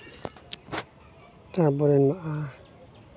ᱛᱟᱯᱚᱨᱮ ᱢᱮᱱᱟᱜᱼᱟ